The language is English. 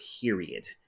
period